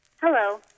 Hello